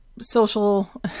social